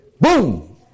boom